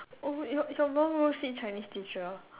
oh your your mom go see Chinese teacher